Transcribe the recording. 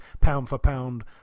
pound-for-pound